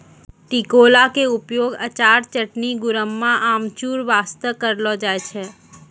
टिकोला के उपयोग अचार, चटनी, गुड़म्बा, अमचूर बास्तॅ करलो जाय छै